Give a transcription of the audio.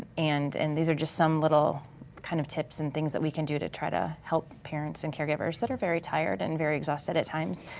and and these are just some little kind of tips and things that we can do to try to help parents and caregivers that are very tired and very exhausted at times,